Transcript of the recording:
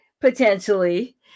potentially